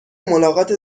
ملاقات